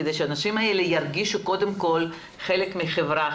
כדי שהאנשים האלה ירגישו קודם כול חלק מחברה,